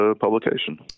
publication